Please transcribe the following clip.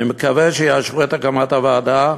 אני מקווה שיאשרו את הקמת הוועדה,